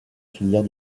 filière